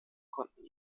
konnten